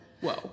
whoa